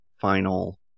final